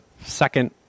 second